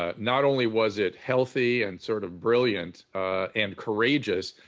ah not only was it healthy and sort of brilliant and courageous,